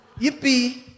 Yippee